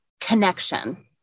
connection